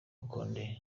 condé